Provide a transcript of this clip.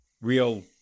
real